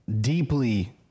deeply